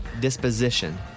Disposition